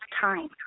time